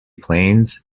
plains